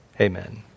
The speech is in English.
amen